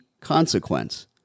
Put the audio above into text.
consequence